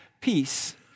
peace